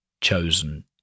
chosen